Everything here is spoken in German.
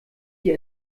dir